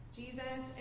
jesus